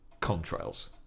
contrails